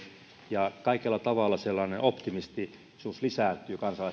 ja kaikella tavalla sellainen optimistisuus lisääntyy kansalaisten